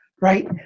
Right